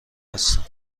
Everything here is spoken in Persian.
هستم